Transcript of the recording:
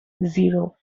zero